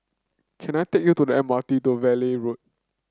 can I take you to the M R T to Valley Road